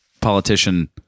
politician